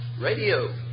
Radio